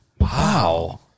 wow